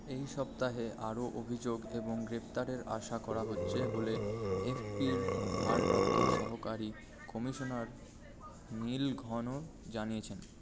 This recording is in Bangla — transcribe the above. এই সপ্তাহে আরও অভিযোগ এবং গ্রেপ্তারের আশা করা হচ্ছে বলে এফপির ভারপ্রাপ্ত সহকারী কমিশনার নীল ঘন জানিয়েছেন